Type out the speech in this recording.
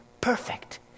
perfect